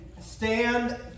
stand